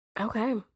Okay